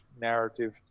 narrative